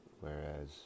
whereas